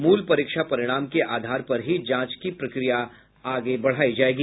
मूल परीक्षा परिणाम के आधार पर ही जांच की प्रक्रिया आगे बढ़ेगी